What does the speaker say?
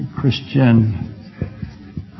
Christian